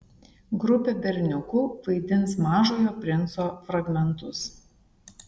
grupė berniukų vaidins mažojo princo fragmentus